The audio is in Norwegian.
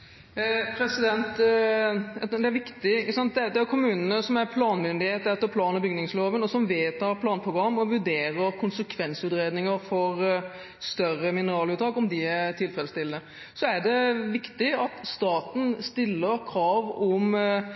Det er kommunene som er planmyndighet etter plan- og bygningsloven, og som vedtar planprogram og vurderer konsekvensutredninger for større mineraluttak og om de er tilfredsstillende. Så er det viktig at staten stiller krav om